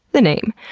the name.